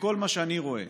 בכל מה שאני רואה,